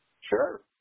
Sure